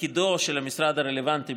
תפקידו של המשרד הרלוונטי,